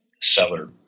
seller